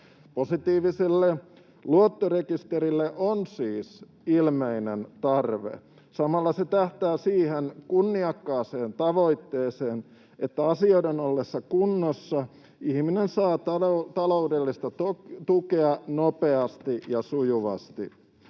Positiiviselle luottorekisterille on siis ilmeinen tarve. Samalla se tähtää siihen kunniakkaaseen tavoitteeseen, että asioiden ollessa kunnossa ihminen saa taloudellista tukea nopeasti ja sujuvasti.